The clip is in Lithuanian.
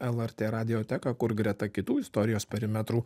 lrt radioteką kur greta kitų istorijos perimetrų